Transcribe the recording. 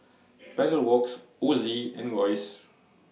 Pedal Works Ozi and Royce